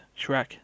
Shrek